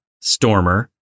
Stormer